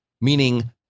meaning